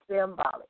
symbolic